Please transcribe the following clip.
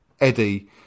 Eddie